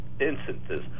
instances